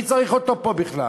מי צריך אותו פה בכלל?